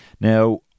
Now